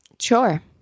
Sure